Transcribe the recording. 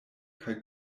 kaj